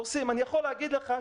אני יכול להגיד לך,